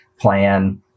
plan